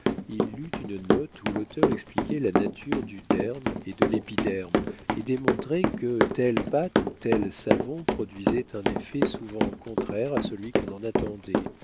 il lut une note où l'auteur expliquait la nature du derme et de l'épiderme et démontrait que telle pâte ou tel savon produisait un effet souvent contraire à celui qu'on en attendait